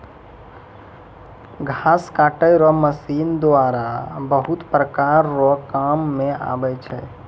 घास काटै रो मशीन द्वारा बहुत प्रकार रो काम मे आबै छै